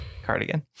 cardigan